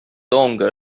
longer